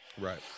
Right